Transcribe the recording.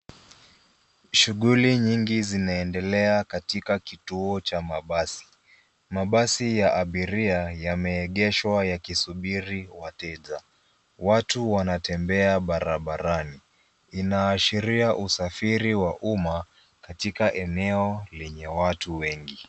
Shughuli nyingi zinaendelea katika kituo cha mabasi. Mabasi ya abiria yameegeswa yakisubiri wateja. Watu wanatembea barabarani. Inaashiria usafiri wa umma katika eneo lenye watu wengi.